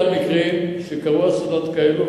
אני יודע על מקרים של אסונות כאלה,